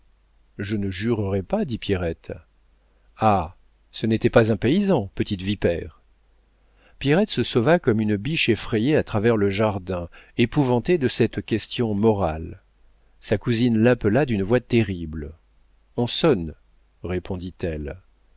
je ne jurerai pas dit pierrette ah ce n'était pas un paysan petite vipère pierrette se sauva comme une biche effrayée à travers le jardin épouvantée de cette question morale sa cousine l'appela d'une voix terrible on sonne répondit-elle